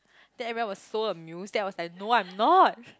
then everyone was so amuse then I was like no I'm not